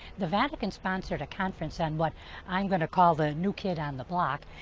the vatican sponsored a conference on what i am going to call the new kid on the block.